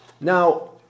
Now